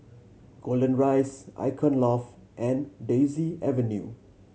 Golden Rise Icon Loft and Daisy Avenue